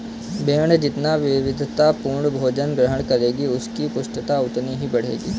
भेंड़ जितना विविधतापूर्ण भोजन ग्रहण करेगी, उसकी पुष्टता उतनी ही बढ़ेगी